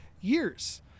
years